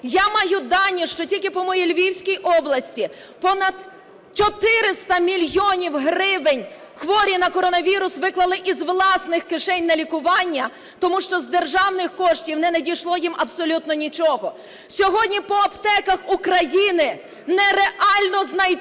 Я маю дані, що тільки по моїй Львівській області понад 400 мільйонів гривень хворі на коронавірус виклали із власних кишень на лікування, тому що з державних коштів не надійшло їм абсолютно нічого. Сьогодні по аптеках України нереально знайти